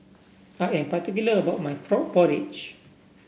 I am particular about my Frog Porridge